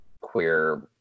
queer